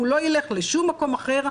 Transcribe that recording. הוא לא ילך לשום מקום אחר,